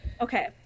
okay